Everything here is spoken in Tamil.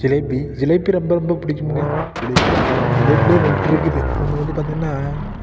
ஜிலேபி ஜிலேபி ரொம்ப ரொம்ப பிடிக்குமுங்க ஜிலேபி ஜிலேபிலேயே ரெண்டு இருக்குது ஒன்று வந்து பார்த்திங்கன்னா